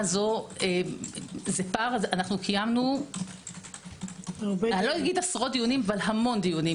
קיימנו המון דיונים,